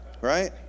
Right